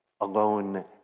alone